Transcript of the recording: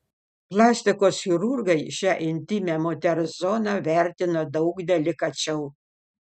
plastikos chirurgai šią intymią moters zoną vertina daug delikačiau